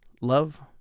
Love